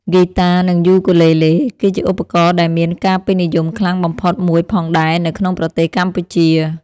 ហ្គីតា និង យូគូលេលេ ក៏ជាឧបករណ៍ដែលមានការពេញនិយមខ្លាំងបំផុតមួយផងដែរនៅក្នុងប្រទេសកម្ពុជា។